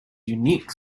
unique